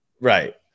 Right